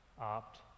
opt